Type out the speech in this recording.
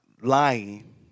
lying